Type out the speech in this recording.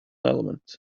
element